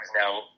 now